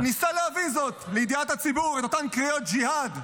יגאל כרמון ניסה להביא זאת לידיעת הציבור ונתן קריאות "ג'יהאד"